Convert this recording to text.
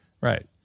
right